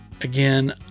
Again